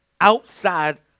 outside